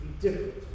different